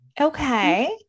Okay